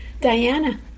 Diana